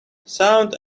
sound